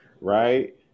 right